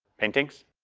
paintings?